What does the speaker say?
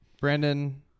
Brandon